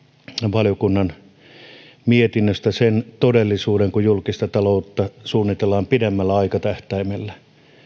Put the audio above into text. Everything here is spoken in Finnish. valiokunnan mietinnöstä sen todellisuuden kun julkista taloutta suunnitellaan pidemmällä aikatähtäimellä